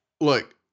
Look